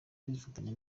kwifatanya